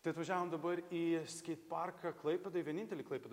tai atvažiavom dabar į skeitparką klaipėdoj vienintelį klaipėdoj